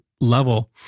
level